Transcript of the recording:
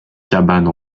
cabane